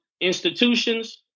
institutions